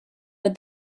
but